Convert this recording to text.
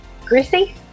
greasy